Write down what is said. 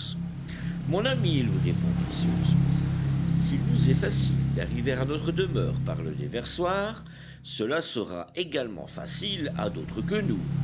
mon ami lui répondit cyrus smith s'il nous est facile d'arriver à notre demeure par le déversoir cela sera également facile à d'autres que nous